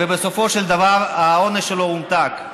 ובסופו של דבר העונש שלו הומתק?